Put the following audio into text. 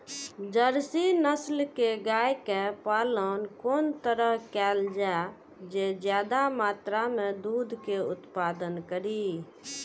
Jersey नस्ल के गाय के पालन कोन तरह कायल जाय जे ज्यादा मात्रा में दूध के उत्पादन करी?